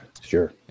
Sure